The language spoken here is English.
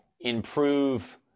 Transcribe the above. improve